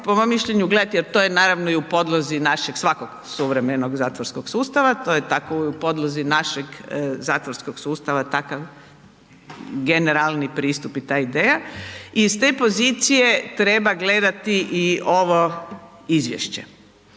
po mom mišljenju gledati jer to je naravno i u podlozi našeg svakog suvremenog zatvorskog sustava, to je tako u podlozi našeg zatvorskog sustava takav generalni pristup i ta ideja, i iz te pozicije treba gledati i ovo izvješće.